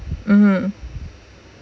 mmhmm